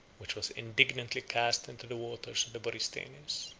which was indignantly cast into the waters of the borysthenes.